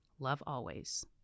lovealways